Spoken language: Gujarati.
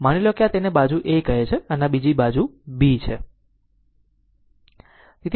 માની લો આ જેને આ બાજુ કહે છે તે A છે અને આ બાજુ B છે